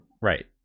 Right